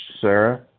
Sarah